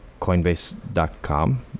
coinbase.com